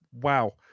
Wow